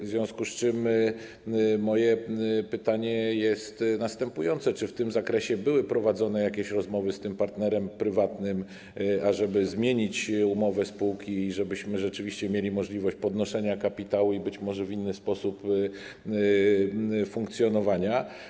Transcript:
W związku z tym moje pytanie jest następujące: Czy w tym zakresie były prowadzone jakieś rozmowy z partnerem prywatnym, ażeby zmienić umowę spółki i żebyśmy rzeczywiście mieli możliwość podnoszenia kapitału i być może w inny sposób funkcjonowania?